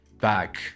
back